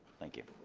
thank you.